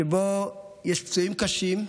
שבו יש פצועים קשה.